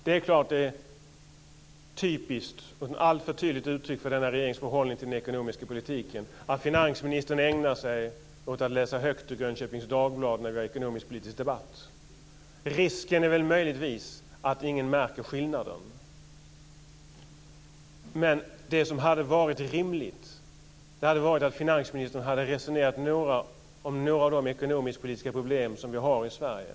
Det är typiskt och ett alltför tydligt uttryck för denna regerings förhållning till den ekonomiska politiken att finansministern ägnar sig åt att läsa högt ur Grönköpings Veckoblad när vi har ekonomisk-politisk debatt. Risken är möjligtvis att ingen märker det. Det hade varit rimligt att finansministern hade resonerat om några av de ekonomisk-politiska problem som vi har i Sverige.